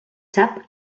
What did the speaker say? sap